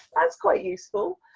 that's quite useful.